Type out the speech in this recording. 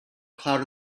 cloud